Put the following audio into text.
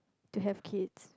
to have kids